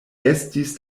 estis